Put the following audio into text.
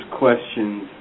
questions